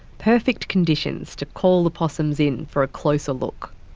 perfect conditions to call the possums in for a closer look.